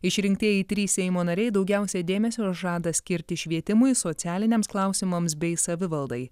išrinktieji trys seimo nariai daugiausiai dėmesio žada skirti švietimui socialiniams klausimams bei savivaldai